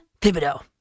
Thibodeau